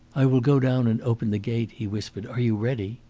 i will go down and open the gate, he whispered. are you ready?